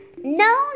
no